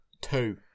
Two